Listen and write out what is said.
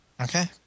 Okay